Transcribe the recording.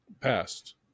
Passed